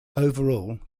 overall